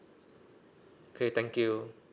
okay thank you